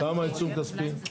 כמה עיצום כספי?